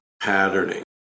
patterning